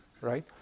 right